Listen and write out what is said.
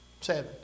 Seven